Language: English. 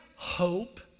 hope